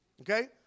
okay